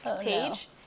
page